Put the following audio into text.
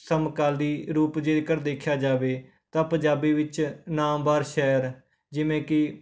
ਸਮਕਾਲੀ ਰੂਪ ਜੇਕਰ ਦੇਖਿਆ ਜਾਵੇ ਤਾਂ ਪੰਜਾਬੀ ਵਿੱਚ ਨਾਮਵਰ ਸ਼ਹਿਰ ਜਿਵੇਂ ਕਿ